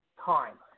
time